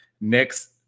next